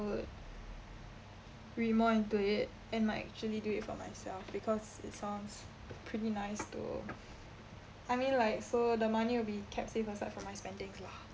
would read more into it and might actually do it for myself because it sounds pretty nice to I mean like so the money will be kept safe aside from my spendings lah